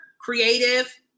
creative